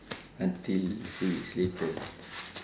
until two weeks later